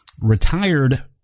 retired